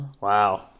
Wow